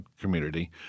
community